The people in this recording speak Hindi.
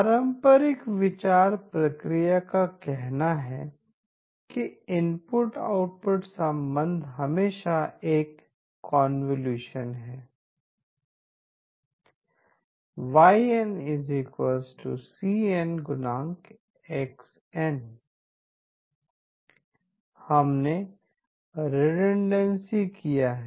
पारंपरिक विचार प्रक्रिया का कहना है कि इनपुट आउटपुट संबंध हमेशा एक कन्वॉल्यूशन है y nc n∗x n हमने रिटर्नडेंसी किया है